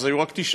אז היו רק תשעה.